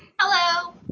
Hello